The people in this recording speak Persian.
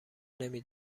نمی